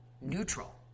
neutral